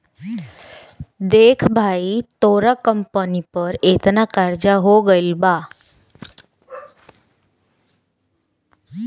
देख भाई तोरा कंपनी पर एतना कर्जा हो गइल बा